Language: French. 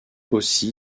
aussi